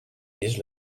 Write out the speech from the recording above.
vist